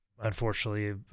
unfortunately